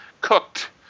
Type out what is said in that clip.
Cooked